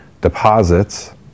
deposits